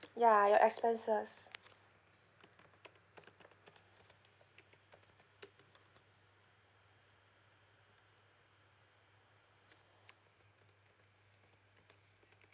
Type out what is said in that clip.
ya your expenses